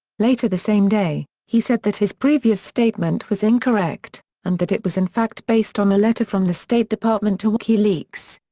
later the same day, he said that his previous statement was incorrect, and that it was in fact based on a letter from the state department to wikileaks.